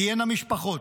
תהיינה משפחות,